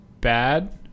bad